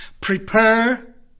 Prepare